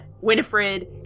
Winifred